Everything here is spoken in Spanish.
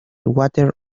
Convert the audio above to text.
water